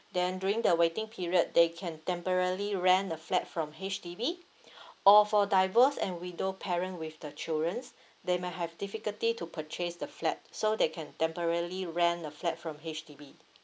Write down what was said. then during the waiting period they can temporally rent a flat from H_D_B or for divorce and widow parent with the children's they might have difficulty to purchase the flat so they can temporally rent a flat from H_D_B